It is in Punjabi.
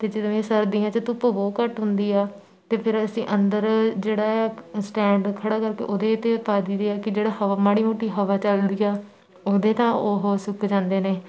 ਅਤੇ ਜਿਵੇਂ ਸਰਦੀਆਂ 'ਚ ਧੁੱਪ ਬਹੁਤ ਘੱਟ ਹੁੰਦੀ ਆ ਅਤੇ ਫਿਰ ਅਸੀਂ ਅੰਦਰ ਜਿਹੜਾ ਹੈ ਸਟੈਂਡ ਖੜ੍ਹਾ ਕਰਕੇ ਉਹਦੇ 'ਤੇ ਉਹ ਪਾ ਦਈ ਦੇ ਆ ਕਿ ਜਿਹੜਾ ਹਵਾ ਮਾੜੀ ਮੋਟੀ ਹਵਾ ਚੱਲਦੀ ਆ ਉਹਦੇ ਤਾਂ ਉਹ ਸੁੱਕ ਜਾਂਦੇ ਨੇ